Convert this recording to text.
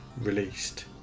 released